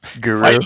Guru